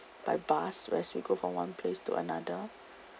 by bus where s~ we go from one place to another